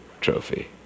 trophy